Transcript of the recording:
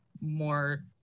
more